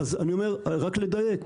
רק לדייק.